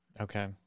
Okay